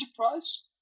enterprise